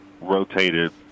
Rotated